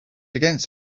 against